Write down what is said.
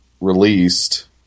released